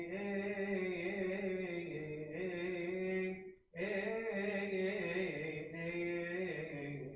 a a